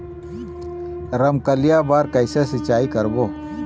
रमकलिया बर कइसे सिचाई करबो?